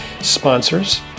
sponsors